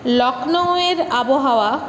লখনউয়ের আবহাওয়া